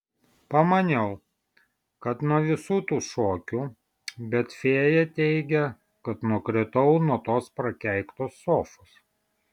pamaniau kad nuo visų tų šokių bet fėja teigia kad nukritau nuo tos prakeiktos sofos